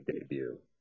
debut